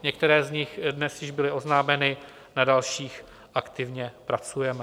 Některé z nich dnes již byly oznámeny, na dalších aktivně pracujeme.